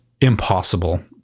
impossible